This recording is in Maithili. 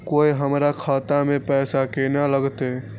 कोय हमरा खाता में पैसा केना लगते?